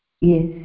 Yes